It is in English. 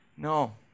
No